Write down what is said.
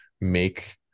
make